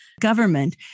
government